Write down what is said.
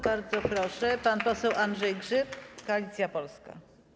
Bardzo proszę, pan poseł Andrzej Grzyb, Koalicja Polska.